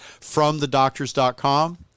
fromthedoctors.com